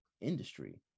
industry